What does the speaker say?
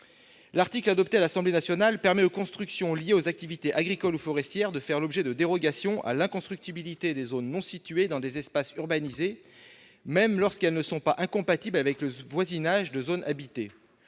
L'article adopté par l'Assemblée nationale permet aux constructions liées aux activités agricoles ou forestières de faire l'objet de dérogations à l'inconstructibilité de zones, qui ne se situent pas dans des espaces urbanisés, même lorsqu'elles ne sont pas incompatibles avec le voisinage de zones habitées.